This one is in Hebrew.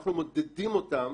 אנחנו מודדים אותם